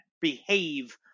behave